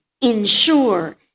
ensure